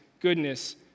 goodness